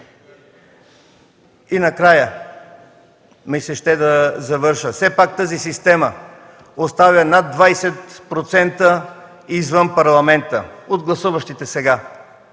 И накрая ми се ще да завърша – все пак тази система оставя над 20% извън Парламента от гласуващите сега.